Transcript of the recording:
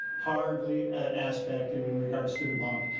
hardly an aspect in regards to debunk.